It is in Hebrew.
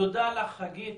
תודה לך, חגית.